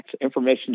information